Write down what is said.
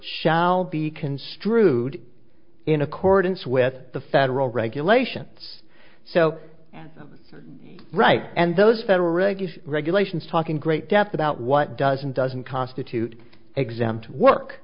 shall be construed in accordance with the federal regulations so right and those federal regulation regulations talk in great depth about what does and doesn't constitute exempt work